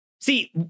See